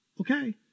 Okay